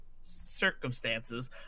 circumstances